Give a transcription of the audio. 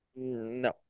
No